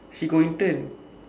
she got intern